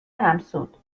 همسود